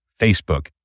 Facebook